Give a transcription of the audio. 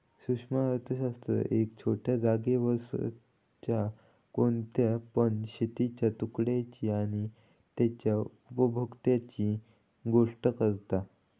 सूक्ष्म अर्थशास्त्र एका छोट्या जागेवरच्या कोणत्या पण शेतीच्या तुकड्याची आणि तेच्या उपभोक्त्यांची गोष्ट करता